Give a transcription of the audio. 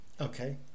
okay